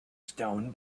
stone